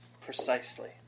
Precisely